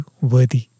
worthy